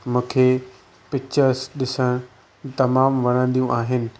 मूंखे पिक्चर्स ॾिसणु तमामु वणंदियूं आहिनि